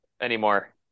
anymore